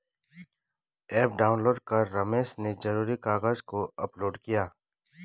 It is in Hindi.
ऐप डाउनलोड कर रमेश ने ज़रूरी कागज़ को अपलोड किया